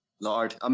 Lord